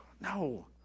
No